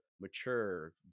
mature